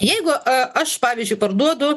jeigu a aš pavyzdžiui parduodu